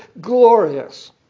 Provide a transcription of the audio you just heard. glorious